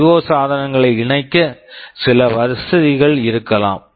IO IO சாதனங்களை இணைக்க சில வசதிகள் இருக்கலாம்